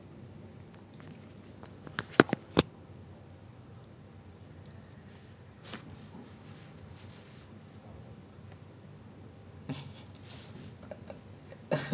like you see on like tik tok also instagram also so many americans here complaining !wah! my school today ends at five thirty sia then we are like wh~ what the hell our school ends at like seven thirty eight thirty after C_C_A what you talking about